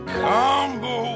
combo